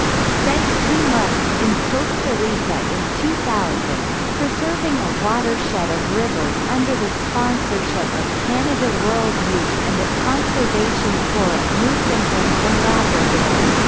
spent two months in costa rica in two thousand, preserving a watershed of rivers under the sponsorship of canada world youth and the conservation corps of newfoundland and labrador.